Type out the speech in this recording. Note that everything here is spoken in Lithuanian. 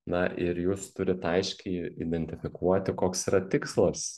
na ir jūs turit aiškiai identifikuoti koks yra tikslas